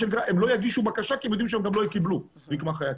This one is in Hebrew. הם לא יגישו בקשה כי הם יודעים שהם גם לא יקבלו רקמה חיה,